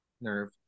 Nerve